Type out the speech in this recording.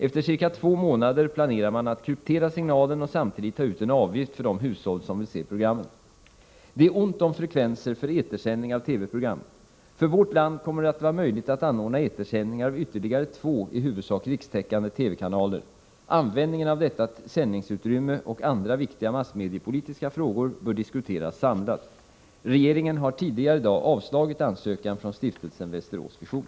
Efter ca två månader planerar man att kryptera signalen och samtidigt ta ut en avgift för de hushåll som vill se programmen. Det är ont om frekvenser för etersändning av TV-program. För vårt land kommer det att vara möjligt att anordna etersändningar av ytterligare två, i huvudsak rikstäckande, TV-kanaler. Användningen av detta sändningsutrymme och andra viktiga massmediepolitiska frågor bör diskuteras samlat. Regeringen har tidigare i dag avslagit ansökningen från stiftelsen Västerås Vision.